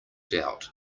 doubt